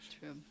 true